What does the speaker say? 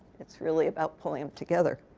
it's really about pulling them together.